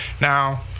Now